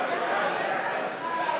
הנטל להוכחת תמיכה במאבק מזוין נגד מדינת ישראל)